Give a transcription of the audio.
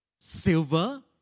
silver